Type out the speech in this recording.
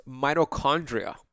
mitochondria